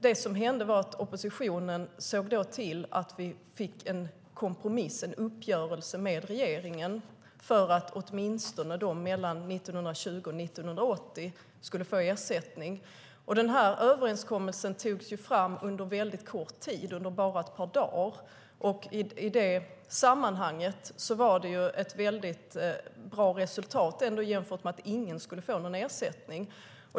Det som hände var att oppositionen såg till att vi fick en kompromiss, en uppgörelse med regeringen, för att åtminstone de som vanvårdats mellan 1920 och 1980 skulle få ersättning. Denna överenskommelse togs fram under kort tid, under bara ett par dagar, och i det sammanhanget var det ändå ett väldigt bra resultat jämfört med att ingen skulle få någon ersättning.